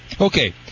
Okay